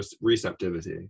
receptivity